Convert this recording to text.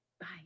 Bye